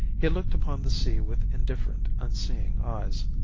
he looked upon the sea with indifferent, unseeing eyes.